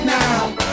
now